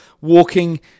walking